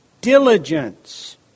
Diligence